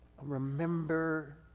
remember